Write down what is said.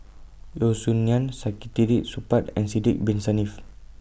Yeo Song Nian Saktiandi Supaat and Sidek Bin Saniff